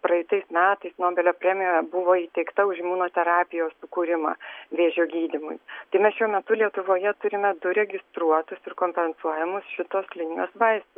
praeitais metais nobelio premija buvo įteikta už imunoterapijos sukūrimą vėžio gydymui tai mes šiuo metu lietuvoje turime du registruotus ir kompensuojamus šitos linijos vaistus